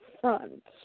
front